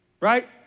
right